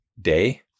day